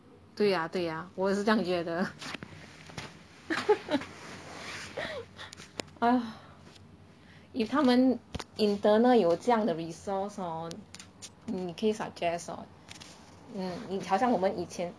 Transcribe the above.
对呀对呀我也是这样觉得 if 他们 internal 有这样的 resource hor 你可以 suggest hor mm 好像我们以前